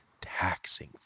taxing